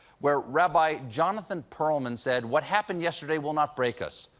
where rabbi jonathan perlman said, what happened yesterday will not break us.